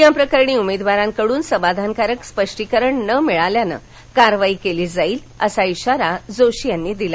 याप्रकरणी उमेदवारांकडून समाधानकारक स्पष्टीकरण न मिळाल्यास कारवाई केली जाईल असा इशारा जोशी यांनी दिला